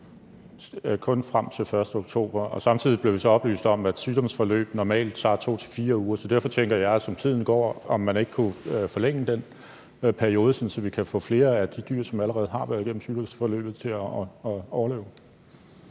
kun frem til den 1. oktober. Vi blev samtidig oplyst om, at et sygdomsforløb normalt tager 2-4 uger. Derfor tænker jeg, om man, som tiden går, ikke kunne forlænge den periode, sådan at vi kan få flere af de dyr, der allerede har været igennem sygdomsforløbet, til at overleve.